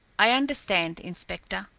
i understand, inspector.